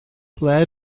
ble